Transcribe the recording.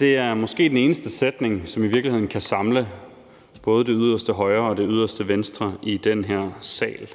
Det er måske den eneste sætning, som i virkeligheden kan samle både det yderste højre og det yderste venstre i den her sal.